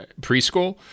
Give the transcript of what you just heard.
preschool